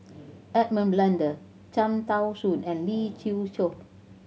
Edmund Blundell Cham Tao Soon and Lee Siew Choh